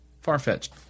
far-fetched